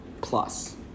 plus